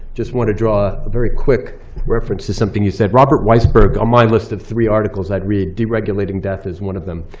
just want to draw a very quick reference to something you said. robert weisberg, on my list of three articles i'd read, de-regulating death is one of them.